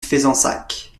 fezensac